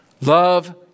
love